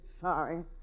Sorry